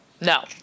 No